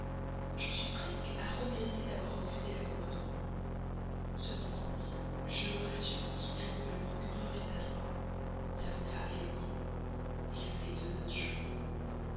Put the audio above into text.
j'en suis presque à regretter d'avoir refusé l'accommodement cependant je me rassure en songeant que le procureur est adroit l'avocat éloquent la plaideuse jolie